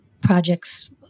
projects